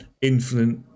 infinite